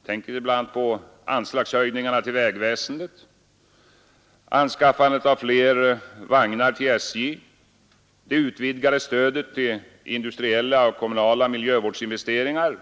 Jag tänker bl.a. på anslagshöjningarna till vägväsendet, anskaff ningen av fler järnvägsvagnar till SJ och det utvidgade stödet till industriella och kommunala miljövårdsinvesteringar.